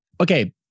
Okay